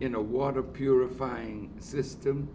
in a water purifying system